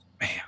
Man